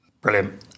brilliant